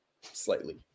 slightly